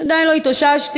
עדיין לא התאוששתי.